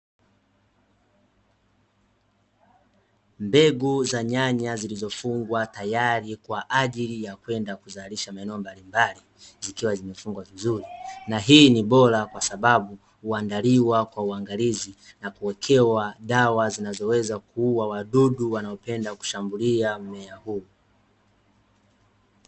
Mbegu za nyanya zilizofungwa tayari kwa ajili ya kwenda kuzalisha maeneo mbalimbali zikiwa zimefungwa vizuri. Na hii ni bora kwa sababu huandaliwa kwa uangalizi na kuwekewa dawa zinazoweza kuua wadudu wanaopenda kushambulia mmea huu.